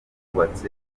bubatse